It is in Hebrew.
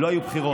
לא היו בחירות.